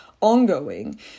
ongoing